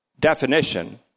definition